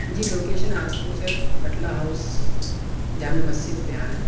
جی location آپ کو sir Batla house جامع مسجد پہ آنا ہے